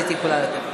הייתי יכולה לתת לך.